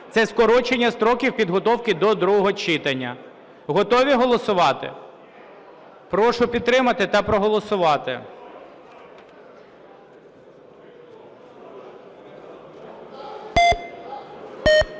Це скорочення строків підготовки до другого читання. Готові голосувати? Прошу підтримати та проголосувати.